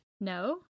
No